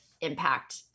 impact